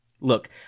Look